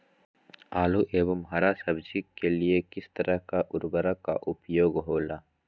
आलू एवं हरा सब्जी के लिए किस तरह का उर्वरक का उपयोग होला?